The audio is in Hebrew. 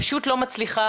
פשוט לא מצליחה,